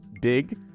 big